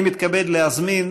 אני מתכבד להזמין,